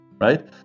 right